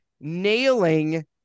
nailing